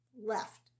left